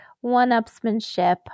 one-upsmanship